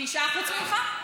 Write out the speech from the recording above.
תשעה חוץ ממך?